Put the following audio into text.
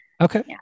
Okay